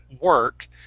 work